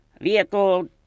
vehicle